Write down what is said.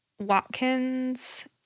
Watkins